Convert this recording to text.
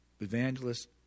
evangelist